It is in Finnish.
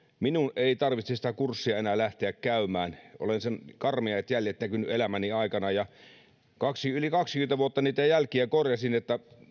minun ei tarvitse sitä kurssia enää lähteä käymään olen sen karmeat jäljet nähnyt elämäni aikana ja yli kaksikymmentä vuotta niitä jälkiä korjasin